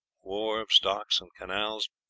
wharves, docks, and canals.